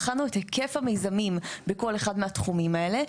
בחנו את היקף המיזמים בכל אחד מהתחומים האלה.